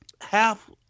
half